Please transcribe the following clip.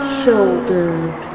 shouldered